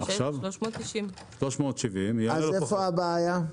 390. 370. אם כן, איפה הבעיה?